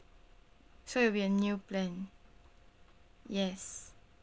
so it'll be a new plan yes